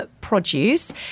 produce